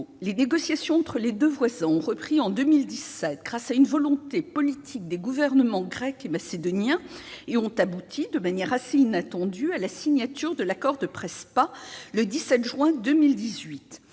les négociations entre les deux voisins ont repris en 2017 grâce à une volonté politique des gouvernements grec et macédonien. De manière assez inattendue, elles ont abouti à la signature de l'accord de Prespa le 17 juin 2018.